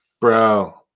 bro